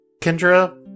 Kendra